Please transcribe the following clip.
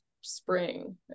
spring